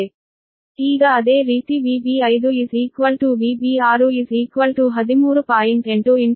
ಈಗ ಅದೇ ರೀತಿ VB5 VB6 13